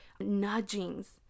nudgings